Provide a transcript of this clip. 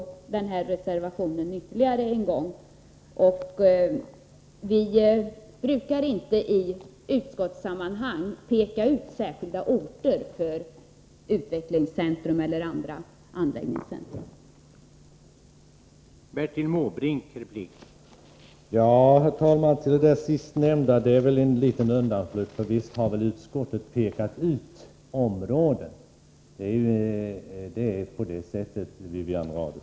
Vi brukar inte i utskottsbetänkanden peka ut särskilda orter för utvecklingscentrum eller andra anläggningscentra. Jag yrkar ytterligare en gång avslag på reservationen.